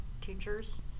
teachers